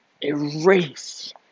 erase